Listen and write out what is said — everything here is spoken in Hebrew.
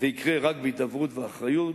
זה יקרה רק בהידברות ובאחריות,